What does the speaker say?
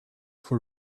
for